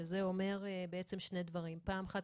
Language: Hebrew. שזה אומר שני דברים: פעם אחת,